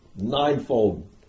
Ninefold